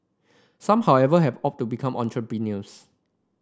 some however have opted to become entrepreneurs